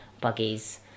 buggies